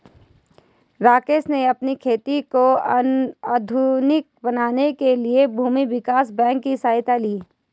राजेश ने अपनी खेती को आधुनिक बनाने के लिए भूमि विकास बैंक की सहायता ली